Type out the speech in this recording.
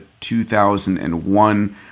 2001